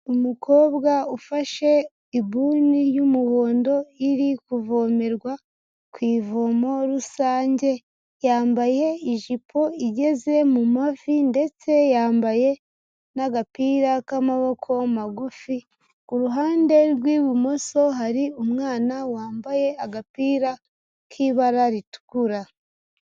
Umukobwa ufashe ibuni y'umuhondo iri kuvomerwa ku ivomo rusange, yambaye ijipo igeze mu mavi ndetse yambaye n'agapira k'amaboko magufi, ku ruhande rw'ibumoso hari umwana wambaye agapira k'ibara ritukura.